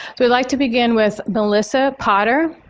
we'd like to begin with melissa potter.